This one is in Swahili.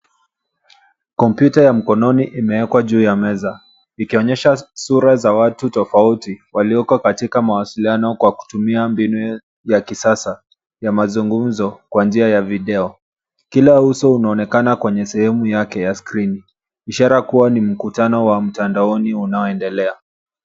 Kompyuta ya mkononi imewekwa juu ya meza ikionyesha sura za watu tofauti walioko katika mawasiliano kwa kutumia mbinu ya kisasa ya mazungumzo kwa njia ya video. Kila uso unaonekana kwenye sehemu yake ya skrini ishara kuwa ni mkutano wa mtandaoni unaondelea.